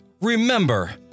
remember